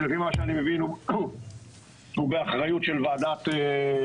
שלפי מה שאני מבין הוא באחריות של ועדת הפנים,